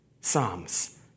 psalms